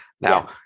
now